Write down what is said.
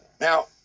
Now –